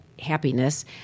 happiness